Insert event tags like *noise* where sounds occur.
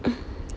*noise*